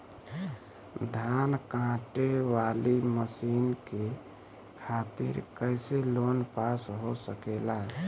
धान कांटेवाली मशीन के खातीर कैसे लोन पास हो सकेला?